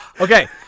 Okay